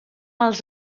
els